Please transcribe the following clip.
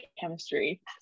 chemistry